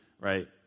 right